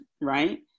right